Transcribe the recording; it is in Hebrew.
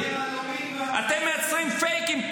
אתם מייצרים פייקים,